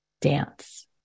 dance